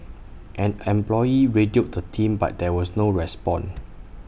an employee radioed the team but there was no response